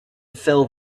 fill